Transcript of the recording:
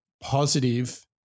positive